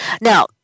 Now